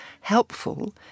helpful